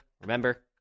Remember